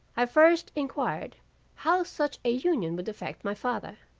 i first inquired how such a union would affect my father,